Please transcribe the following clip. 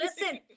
Listen